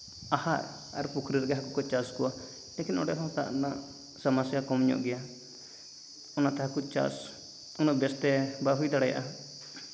ᱟᱦᱟᱨ ᱟᱨ ᱯᱩᱠᱷᱨᱤ ᱨᱮᱜᱮ ᱦᱟᱹᱠᱩ ᱠᱚ ᱪᱟᱥ ᱠᱚᱣᱟ ᱞᱮᱠᱤᱱ ᱚᱸᱰᱮ ᱦᱚᱸ ᱫᱟᱜ ᱨᱮᱱᱟᱜ ᱥᱚᱢᱚᱥᱟ ᱠᱚᱢ ᱧᱚᱜ ᱜᱮᱭᱟ ᱚᱱᱟᱛᱮ ᱦᱟᱹᱠᱩ ᱪᱟᱥ ᱩᱱᱟᱹᱜ ᱵᱮᱥᱛᱮ ᱵᱟᱭ ᱦᱩᱭ ᱫᱟᱲᱮᱭᱟ